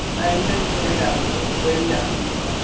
نہَ أمۍسٕے چھِ کٔنٛڈۍ اَصٕل بٔڈی آسن تھوڑا